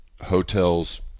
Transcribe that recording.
hotels